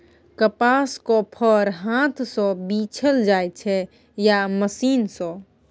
कपासक फर हाथ सँ बीछल जाइ छै या मशीन सँ